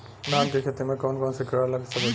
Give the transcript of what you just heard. धान के खेती में कौन कौन से किड़ा लग सकता?